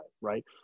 right